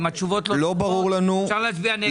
אם התשובות לא טובות אפשר להצביע נגד,